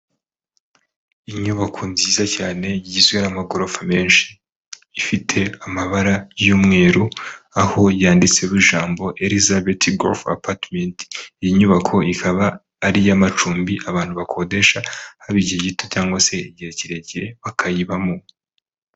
Inyubako nziza cyane igizwe n'amagorofa menshi, ifite amabara y'umweru, aho yanditseho ijambo Elizabeth Golf Apartment, iyi nyubako ikaba ari iy'amacumbi abantu bakodesha haba igihe gito cyangwa se igihe kirekire bakayibamo.